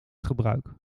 gebruik